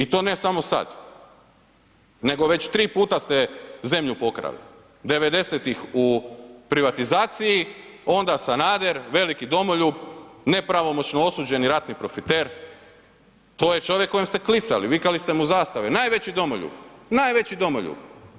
I to ne samo sad, nego već 3 puta ste zemlju pokrali, '90.-tih u privatizaciji, onda Sanader veliki domoljub nepravomoćno osuđeni ratni profiter to je čovjek kojem ste klicali, vikali ste mu zastave najveći domoljub, najveći domoljub.